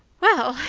well,